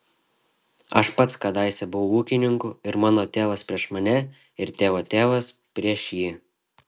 aš pats kadaise buvau ūkininku ir mano tėvas prieš mane ir tėvo tėvas prieš jį